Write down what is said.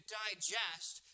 digest